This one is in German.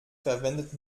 verwendet